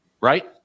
right